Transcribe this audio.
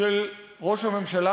של ראש הממשלה,